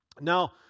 Now